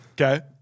okay